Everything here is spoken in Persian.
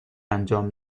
انجام